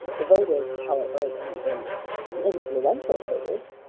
the voters however, at any rate the influential voters,